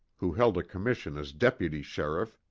who held a commission as deputy sheriff,